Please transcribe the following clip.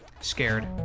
...scared